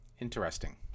interesting